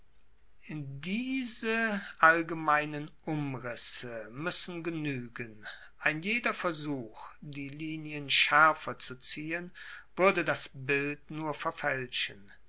diese allgemeinen umrisse muessen genuegen ein jeder versuch die linien schaerfer zu ziehen wuerde das bild nur verfaelschen